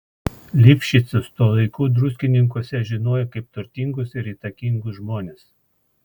lifšicus tuo laiku druskininkuose žinojo kaip turtingus ir įtakingus žmones